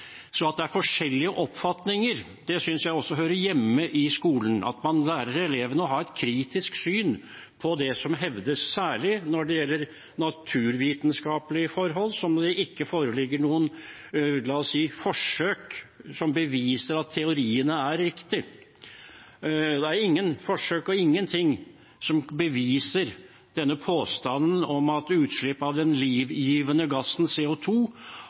så mange som kjørte dieselbiler som det er i dag. At det er forskjellige oppfatninger, synes jeg også hører hjemme i skolen, at man lærer elevene å ha et kritisk syn på det som hevdes, særlig når det gjelder naturvitenskapelige forhold der det ikke foreligger noen – la oss si – forsøk som beviser at teoriene er riktige. Det er ingen forsøk og ingenting som beviser denne påstanden om at utslipp av den livgivende gassen CO